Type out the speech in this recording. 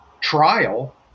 trial